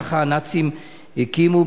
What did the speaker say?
ככה הנאצים הקימו.